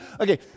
Okay